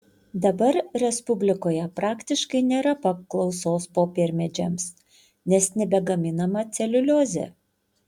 dabar respublikoje praktiškai nėra paklausos popiermedžiams nes nebegaminama celiuliozė